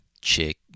chick